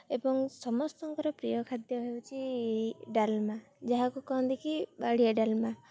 ଏବଂ ସମସ୍ତଙ୍କର ପ୍ରିୟ ଖାଦ୍ୟ ହେଉଚି ଡାଲମା ଯାହାକୁ କହନ୍ତି କି ବାଡ଼ିଆ ଡାଲମା